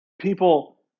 People